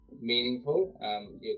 meaningful